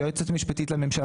היועצת המשפטית לממשלה,